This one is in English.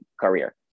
career